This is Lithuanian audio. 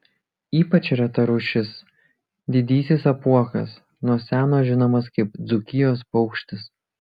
ypač reta rūšis didysis apuokas nuo seno žinomas kaip dzūkijos paukštis